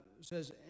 says